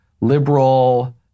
liberal